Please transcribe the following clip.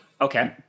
Okay